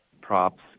props